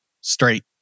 straight